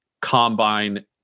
combine